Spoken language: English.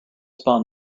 upon